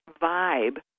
vibe